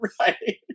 right